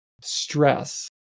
stress